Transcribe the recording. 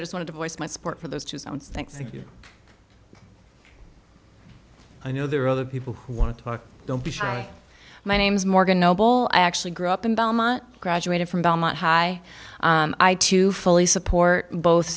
i just wanted to voice my support for those two sounds thank you i know there are other people who want to talk don't be shy my name is morgan noble i actually grew up in belmont graduated from belmont high i to fully support both